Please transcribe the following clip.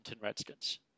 Redskins